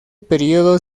periodo